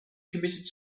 committed